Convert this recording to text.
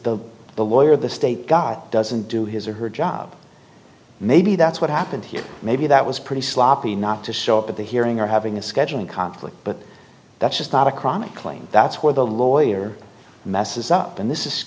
the the lawyer the state guy doesn't do his or her job maybe that's what happened here maybe that was pretty sloppy not to show up at the hearing or having a scheduling conflict but that's just not a chronic claim that's where the lawyer messes up and this is